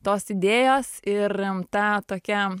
tos idėjos ir ta tokia